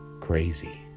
crazy